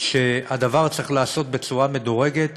שהדבר צריך להיעשות בצורה מדורגת